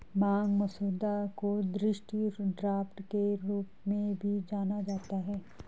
मांग मसौदा को दृष्टि ड्राफ्ट के रूप में भी जाना जाता है